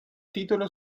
titolo